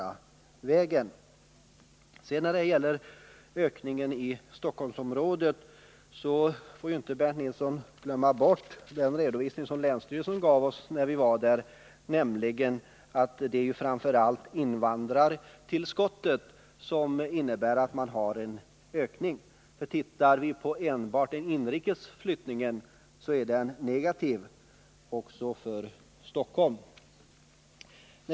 Beträffande ökningen av antalet människor i Stockholmsområdet får inte Bernt Nilsson glömma bort den redovisning som länsstyrelsen i Stockholms län har givit oss, nämligen att det framför allt beror på invandrartillskottet. Ser vi enbart till den inrikes flyttningen, så är bilden negativ också för Stockholm.